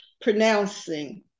pronouncing